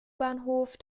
bahnhof